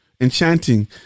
Enchanting